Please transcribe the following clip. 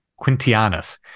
Quintianus